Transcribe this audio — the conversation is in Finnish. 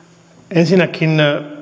ensinnäkin